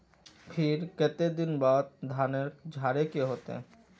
फिर केते दिन बाद धानेर झाड़े के होते?